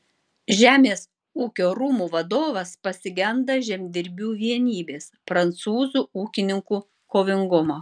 žemės ūkio rūmų vadovas pasigenda žemdirbių vienybės prancūzų ūkininkų kovingumo